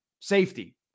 safety